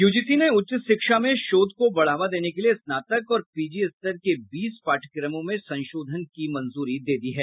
UGC ने उच्च शिक्षा में शोध को बढ़ावा देने के लिए स्नातक और पीजी स्तर के बीस पाठ्यक्रमों में संशोधन को मंजूरी दे दी है